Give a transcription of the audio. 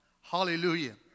Hallelujah